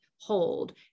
hold